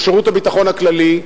כמו שירות הביטחון הכללי,